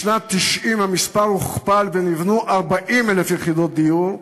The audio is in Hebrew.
בשנת 1990 המספר הוכפל ונבנו 40,000 יחידות דיור,